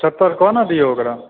पचहत्तरि कऽ ने दियौ ओकरा